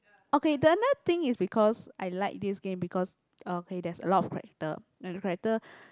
okay the another thing is because I like this game because okay there's a lot of character and the character